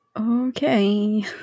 Okay